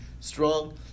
strong